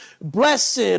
Blessed